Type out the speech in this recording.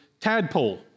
tadpole